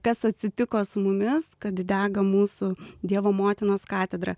kas atsitiko su mumis kad dega mūsų dievo motinos katedra